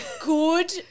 Good